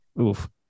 Oof